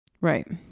Right